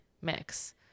mix